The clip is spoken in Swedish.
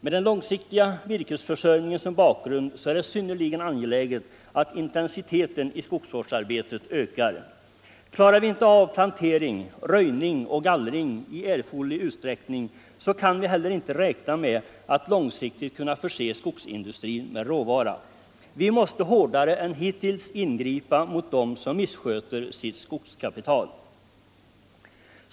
Med den långsiktiga virkesförsörjningen som bakgrund är det synnerligen angeläget att intensiteten i skogsvårdsarbetet ökar. Klarar vi inte av plantering, röjning och gallring i erforderlig utsträckning, kan vi heller inte räkna med att långsiktigt kunna förse skogsindustrin med råvara. Vi måste hårdare än hittills ingripa mot dem som missköter sitt skogskapital.